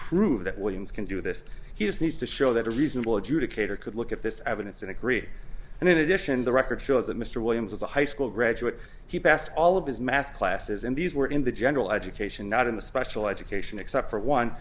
prove that williams can do this he just needs to show that a reasonable adjudicator could look at this evidence and agreed and in addition the record shows that mr williams was a high school graduate he passed all of his math classes and these were in the general education not in the special education except for one